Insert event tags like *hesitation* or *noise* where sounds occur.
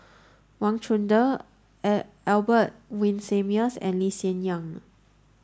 Wang Chunde *hesitation* Albert Winsemius and Lee Hsien Yang